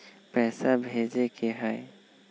पैसा भेजे के हाइ?